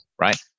right